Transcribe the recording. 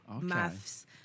Maths